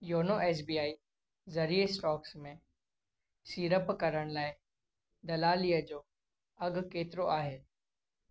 YONO S B I ज़रिए stocks में सीड़पु करण लाइ दलालीअ जो अघि केतिरो आहे